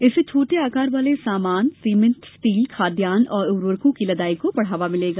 इससे छोटे आकार वाले सामान सीमेंट स्टील खाद्यान्न और उर्वरकों की लदाई को बढ़ावा मिलेगा